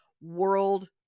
world